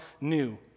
new